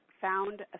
found